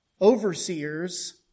overseers